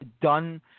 done –